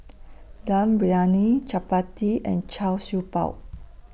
Dum Briyani Chappati and Char Siew Bao